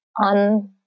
on